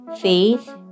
faith